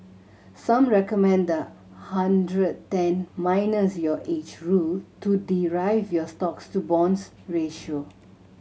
some recommend the ' hundred ten minus your age' rule to derive your stocks to bonds ratio